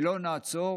ולא נעצור